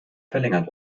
verlängert